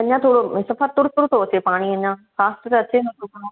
अञा थोरो सफ़ा तुरु तुरु थो अचे पाणी अञा फास्ट त अचे नथो पियो